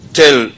tell